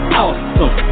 awesome